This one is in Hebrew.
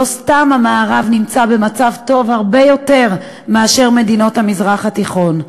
לא סתם המערב נמצא במצב טוב הרבה יותר מאשר מדינות המזרח התיכון.